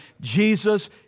Jesus